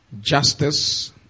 justice